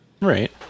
Right